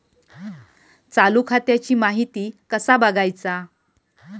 चालू खात्याची माहिती कसा बगायचा?